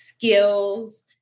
skills